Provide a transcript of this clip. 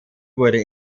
wurde